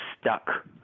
stuck